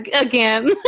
again